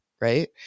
right